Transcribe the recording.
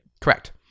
correct